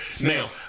Now